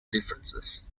differences